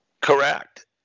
Correct